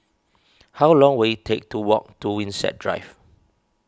how long will it take to walk to Winstedt Drive